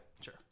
Sure